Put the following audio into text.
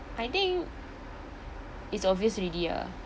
I think is obvious already ah